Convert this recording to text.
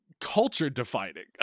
culture-defining